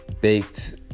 baked